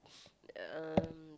um